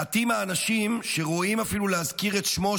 מעטים האנשים שראויים אפילו להזכיר את שמו,